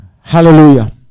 Hallelujah